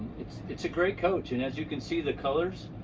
it's a great coach and as you can see the colors,